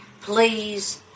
Please